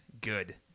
good